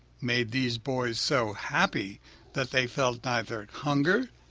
made these boys so happy that they felt neither hunger,